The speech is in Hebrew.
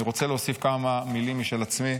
אני רוצה להוסיף כמה מילים משל עצמי.